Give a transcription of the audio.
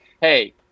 Hey